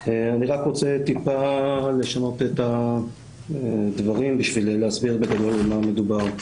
אני רק רוצה טיפה לשנות את הדברים בשביל להסביר בגדול על מה מדובר.